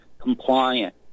compliant